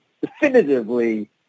definitively